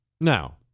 Now